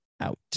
out